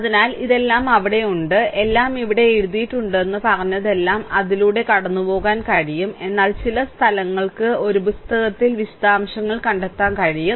അതിനാൽ ഇതെല്ലാം അവിടെയുണ്ട് എല്ലാം ഇവിടെ എഴുതിയിട്ടുണ്ടെന്ന് പറഞ്ഞതെല്ലാം അതിലൂടെ കടന്നുപോകാൻ കഴിയും എന്നാൽ ചില സ്ഥലങ്ങൾക്ക് ഒരു പുസ്തകത്തിൽ വിശദാംശങ്ങൾ കണ്ടെത്താൻ കഴിയും